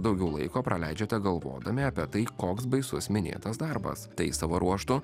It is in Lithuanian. daugiau laiko praleidžiate galvodami apie tai koks baisus minėtas darbas tai savo ruožtu